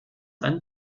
ein